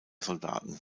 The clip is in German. soldaten